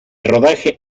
rodaje